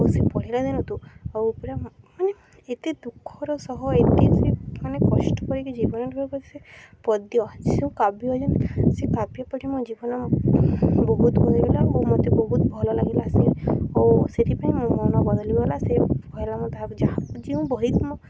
ସେ ପଢ଼ିଲା ଦିନଠୁ ଆଉ ପୁରା ମାନେ ଏତେ ଦୁଃଖର ସହ ଏତେ ସେ ମାନେ କଷ୍ଟ କରିକି ଜୀବନ ସେ ପଦ୍ୟ ଯେଁ କାବ୍ୟ ଯେନ୍ ସେ କାବ୍ୟ ପଢ଼ି ମୋ ଜୀବନ ବହୁତ ବଦଳିଲା ଓ ମତେ ବହୁତ ଭଲ ଲାଗିଲା ସେ ଓ ସେଥିପାଇଁ ମଁ ମନ ବଦଳି ଗଲା ସେ ତାହା ଯାହା ଯେଉଁ ବହି